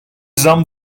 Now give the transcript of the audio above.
zam